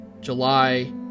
July